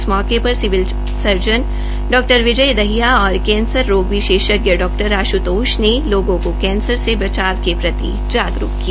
इस मौके पर सिविल सर्जन डा विजय दहिया और कैंसर रोग विशेषज्ञ डॉ आश्तोष ने लोगों को कैंसर से बचाव के प्रति जागरूक किया